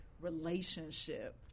relationship